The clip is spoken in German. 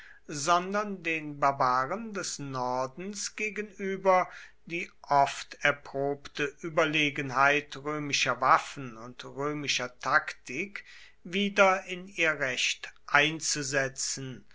sondern den barbaren des nordens gegenüber die oft erprobte überlegenheit römischer waffen und römischer taktik wieder in ihr recht einzusetzen